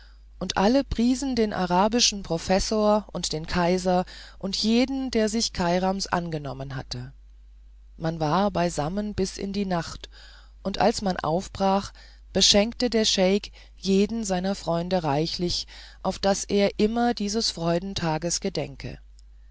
und alle priesen den arabischen professor und den kaiser und jeden der sich kairams angenommen hatte man war beisammen bis in die nacht und als man aufbrach beschenkte der scheik jeden seiner freunde reichlich auf daß er immer dieses freudentages gedenke